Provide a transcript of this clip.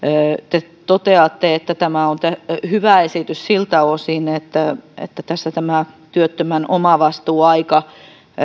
te toteatte että tämä on hyvä esitys siltä osin että että tässä tämä työttömän omavastuuaika